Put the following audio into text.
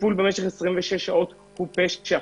טיפול במשך 26 שעות הוא פשע,